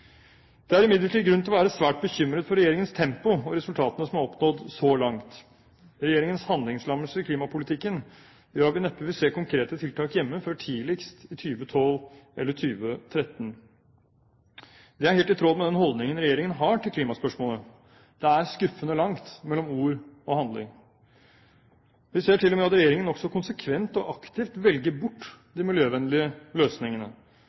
Det er imidlertid grunn til å være svært bekymret for regjeringens tempo og resultatene som er oppnådd så langt. Regjeringens handlingslammelse i klimapolitikken gjør at vi neppe vil se konkrete tiltak hjemme før tidligst i 2012 eller 2013. Det er helt i tråd med den holdningen regjeringen har til klimaspørsmålet. Det er skuffende langt mellom ord og handling. Vi ser til og med at regjeringen nokså konsekvent og aktivt velger bort de miljøvennlige løsningene,